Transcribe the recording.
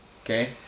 okay